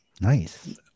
Nice